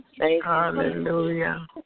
Hallelujah